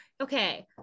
Okay